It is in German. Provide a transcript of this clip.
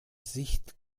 sicht